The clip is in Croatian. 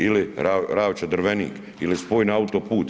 Ili Ravča-Drvenik ili spoj na autoput.